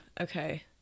Okay